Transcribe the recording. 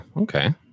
okay